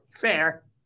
Fair